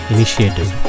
Initiative